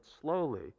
slowly